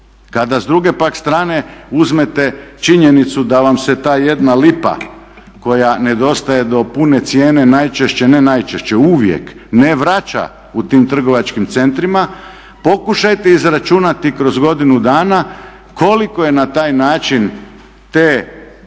Kada s druge pak strane uzmete činjenicu da vam se ta 1 lipa koja nedostaje do pune cijene najčešće, ne najčešće, uvijek ne vraća u tim trgovačkim centrima, pokušajte izračunati kroz godinu dana koliko je na taj način te proglašene